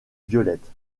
violette